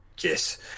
Yes